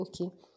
okay